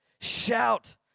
shout